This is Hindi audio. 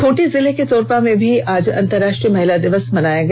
खूंटी जिले के तोरपा में भी आज अंतरराष्ट्रीय महिला दिवस मनाया गया